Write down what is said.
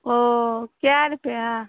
ओ कए रुपआ